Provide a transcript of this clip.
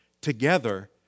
together